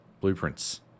Blueprints